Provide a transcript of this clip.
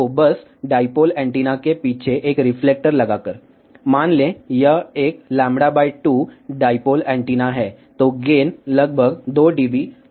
तो बस dipole antenna के पीछे एक रिफ्लेक्टर लगाकर मान लें कि यह एक λ 2 डाईपोल एंटीना है तो गेन लगभग 2 डीबी होगा